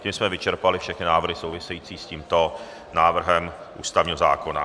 Tím jsme vyčerpali všechny návrhy související s tímto návrhem ústavního zákona.